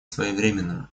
своевременным